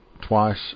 twice